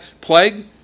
plague